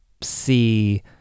see